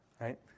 right